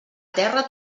terra